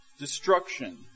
Destruction